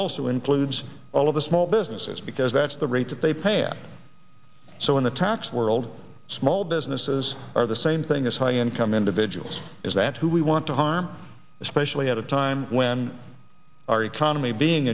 also includes all of the small businesses because that's the rate that they pay out so in the tax world small businesses are the same thing as high income individuals is that who we want harm especially at a time when our economy being